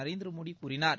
நரேந்திரமோடி கூறினார்